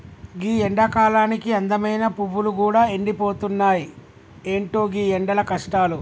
గీ ఎండకాలానికి అందమైన పువ్వులు గూడా ఎండిపోతున్నాయి, ఎంటో గీ ఎండల కష్టాలు